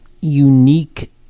unique